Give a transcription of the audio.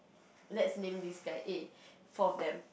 let's name this guy A four of them